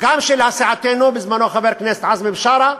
גם של סיעתנו, בזמנו חבר הכנסת עזמי בשארה,